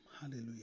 Hallelujah